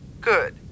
Good